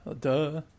Duh